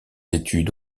études